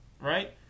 right